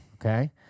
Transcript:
Okay